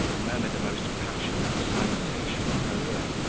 murmured a most passionate salutation in her ear,